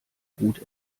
gut